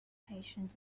patient